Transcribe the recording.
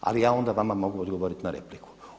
Ali ja onda vama mogu odgovoriti na repliku.